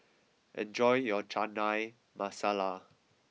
enjoy your Chana Masala